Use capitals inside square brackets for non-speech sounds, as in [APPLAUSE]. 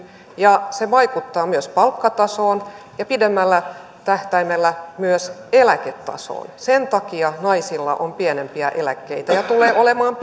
ja se vaikuttaa myös palkkatasoon ja pidemmällä tähtäimellä myös eläketasoon sen takia naisilla on pienempiä eläkkeitä ja tulee olemaan [UNINTELLIGIBLE]